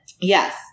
Yes